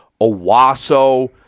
Owasso